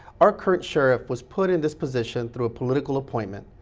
our current sheriff was put in this position through a political appointment.